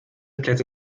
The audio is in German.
plätze